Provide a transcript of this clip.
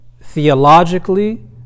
theologically